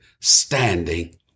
standing